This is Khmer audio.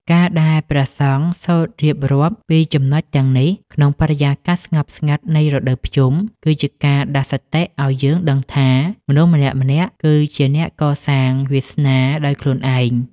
ការដែលព្រះសង្ឃសូត្ររៀបរាប់ពីចំណុចទាំងនេះ ក្នុងបរិយាកាសស្ងប់ស្ងាត់នៃរដូវភ្ជុំ គឺជាការដាស់សតិឱ្យយើងដឹងថា មនុស្សម្នាក់ៗគឺជាអ្នកកសាងវាសនាដោយខ្លួនឯង។